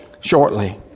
shortly